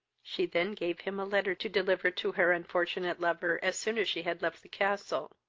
she then gave him a letter to deliver to her unfortunate lover as soon as she had left the castle.